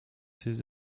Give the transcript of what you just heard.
ses